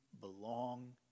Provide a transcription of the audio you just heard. belong